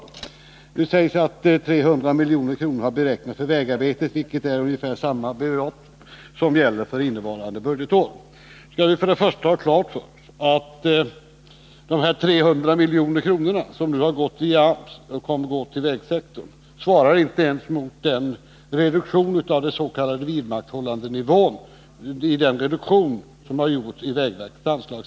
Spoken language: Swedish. Det har i svaret sagts att 300 milj.kr. beräknats för vägarbeten, vilket är samma belopp som gäller för innevarande budgetår. Då bör vi först och främst ha klart för oss att dessa 300 milj.kr. som nu har gått via AMS och kommer att gå till vägsektorn inte ens svarar mot den reduktion av den s.k. vidmakthållandenivån som har gjorts i vägverkets anslag.